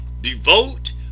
devote